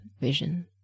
vision